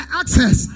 access